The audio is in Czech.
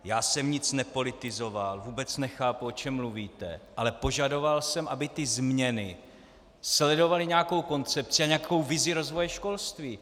Já jsem nic nepolitizoval, vůbec nechápu, o čem mluvíte, ale požadoval jsem, aby ty změny sledovaly nějakou koncepci a nějakou vizi rozvoje školství.